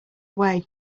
way